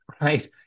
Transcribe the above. right